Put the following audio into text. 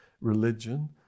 religion